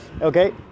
Okay